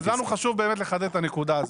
לנו חשוב באמת לחדד את הנקודה הזאת.